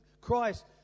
Christ